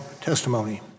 testimony